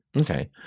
okay